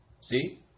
See